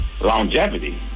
longevity